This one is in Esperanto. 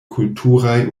kulturaj